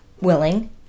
Willing